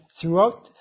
throughout